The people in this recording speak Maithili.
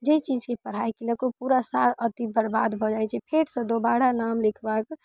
जे चीजके पढ़ाइ केलक ओ पूरा साल अथी बर्बाद भऽ जाइ छै फेरसँ दोबारा नाम लिखबाके